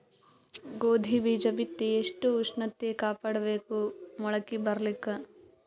ಗೋಧಿ ಬೀಜ ಬಿತ್ತಿ ಎಷ್ಟ ಉಷ್ಣತ ಕಾಪಾಡ ಬೇಕು ಮೊಲಕಿ ಬರಲಿಕ್ಕೆ?